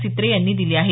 सित्रे यांनी दिले आहेत